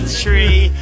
tree